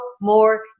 more